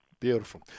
Beautiful